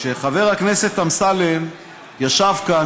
שחבר הכנסת אמסלם ישב כאן,